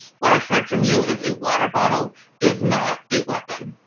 what i have heard from you is a water bottle is not a weapon.